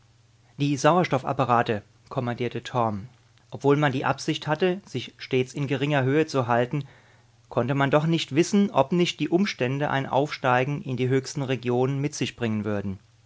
die sauerstoffapparate kommandierte torm obwohl man die absicht hatte sich stets in geringer höhe zu halten konnte man doch nicht wissen ob nicht die umstände ein aufsteigen in die höchsten regionen mit sich bringen wurden